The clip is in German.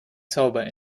zauber